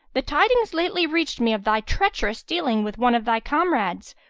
the tidings lately reached me of thy treacherous dealing with one of thy comrades,